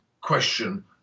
question